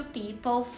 people